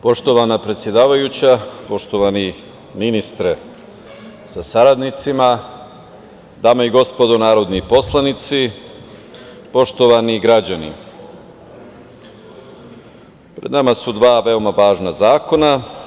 Poštovana predsedavajuća, poštovani ministre sa saradnicima, dame i gospodo narodni poslanici, poštovani građani, pred nama su dva veoma važna zakona.